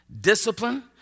discipline